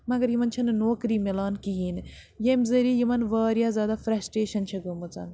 مگر یِمن چھَنہٕ نوکری مِلان کِہیٖنۍ ییٚمہِ ذٔریعہٕ یِمَن واریاہ زیادٕ فرٛٮ۪سٹرٛیشَن چھِ گٔمٕژَن